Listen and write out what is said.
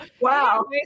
Wow